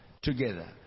together